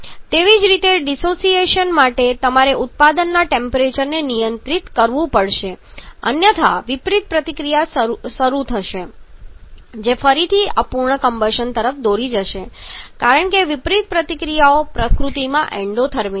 તેવી જ રીતે ડિસોસિએશન માટે તમારે ઉત્પાદનના ટેમ્પરેચરને નિયંત્રિત કરવું પડશે અન્યથા વિપરીત પ્રતિક્રિયા શરૂ થશે જે ફરીથી અપૂર્ણ કમ્બશન તરફ દોરી જશે કારણ કે વિપરીત પ્રતિક્રિયાઓ પ્રકૃતિમાં એન્ડોથર્મિક છે